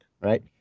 right